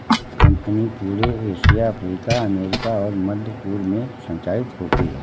company पूरे Asia Africa America और मध्य पूर्व में संचालित होती है